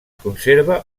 conserva